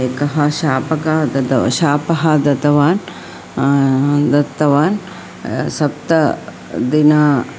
एकः शापकः दद शापः दत्तवान् दत्तवान् सप्तदिनानि